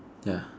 ya